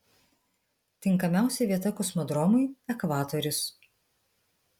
tinkamiausia vieta kosmodromui ekvatorius